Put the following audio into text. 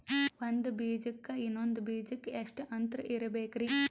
ಒಂದ್ ಬೀಜಕ್ಕ ಇನ್ನೊಂದು ಬೀಜಕ್ಕ ಎಷ್ಟ್ ಅಂತರ ಇರಬೇಕ್ರಿ?